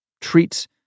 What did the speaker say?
treats